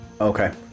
Okay